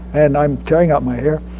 and i'm tearing out my hair.